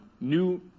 new